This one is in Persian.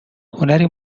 هنری